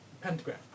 pentagram